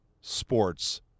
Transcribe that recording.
sports